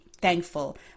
thankful